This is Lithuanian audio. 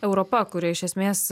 europa kuri iš esmės